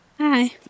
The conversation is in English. Hi